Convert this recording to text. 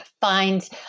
find